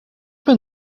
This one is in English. been